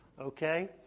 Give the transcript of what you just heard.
okay